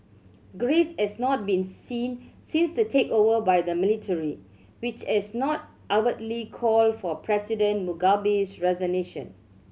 grace has not been seen since the takeover by the military which has not overtly called for President Mugabe's resignation